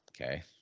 Okay